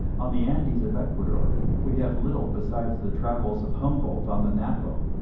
on the andes of ecuador we have little besides the travels of humboldt on the napo,